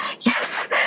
Yes